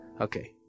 Okay